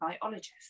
biologist